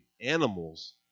animals